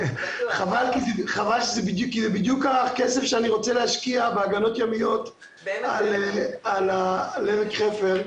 חבל שזה בדיוק הכסף שאני רוצה להשקיע בהגנות ימיות -- בעמק חפר.